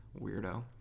weirdo